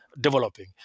developing